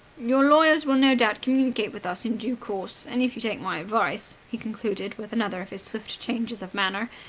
your lawyers will no doubt communicate with us in due course. and, if you take my advice, he concluded, with another of his swift changes of manner,